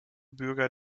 bürger